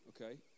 okay